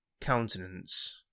countenance